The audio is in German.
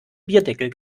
bierdeckel